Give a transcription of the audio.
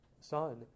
son